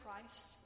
Christ